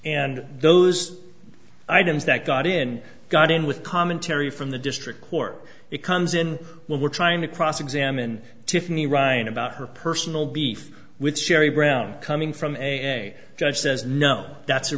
and those items that got in got in with commentary from the district court it comes in when we're trying to cross examine tiffany ryan about her personal beef with jerry brown coming from a judge says no that's